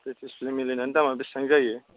display टिसप्ले मिलायनानै दामा बिसिबां जायो